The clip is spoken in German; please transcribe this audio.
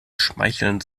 schmeicheln